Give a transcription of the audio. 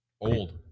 old